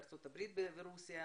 ארצות הברית ורוסיה.